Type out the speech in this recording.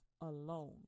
alone